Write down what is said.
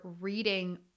reading